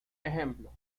ejemplo